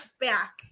back